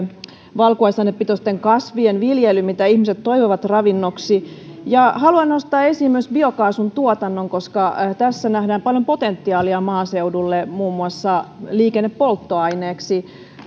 valkuaisainepitoisten kasvien viljely mitä ihmiset toivovat ravinnoksi haluan nostaa esiin myös biokaasun tuotannon koska tässä nähdään paljon potentiaalia maaseudulle muun muassa liikennepolttoaineeksi